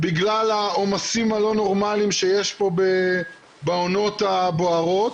בגלל העומסים הלא נורמאליים שיש פה בעונות הבוערות